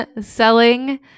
Selling